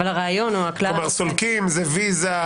אבל הרעיון הוא --- הסולקים זה ויזה,